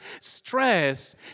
stress